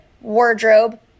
wardrobe